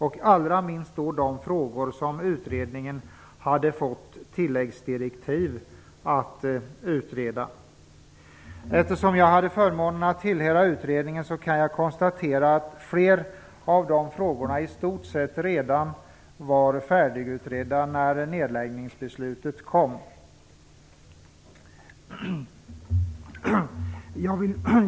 Det gäller framför allt de frågor som utredningen hade fått tilläggsdirektiv att utreda. Eftersom jag hade förmånen att tillhöra utredningen, kan jag konstatera att flera av de frågorna i stort sett redan var färdigutredda när nedläggningsbeslutet kom.